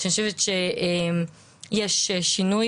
שאני חושבת שיש שינוי,